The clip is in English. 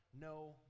no